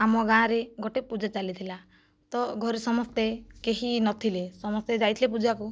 ଆମ ଗାଁରେ ଗୋଟିଏ ପୂଜା ଚାଲିଥିଲା ତ ଘରେ ସମସ୍ତେ କେହି ନଥିଲେ ସମସ୍ତେ ଯାଇଥିଲେ ପୂଜାକୁ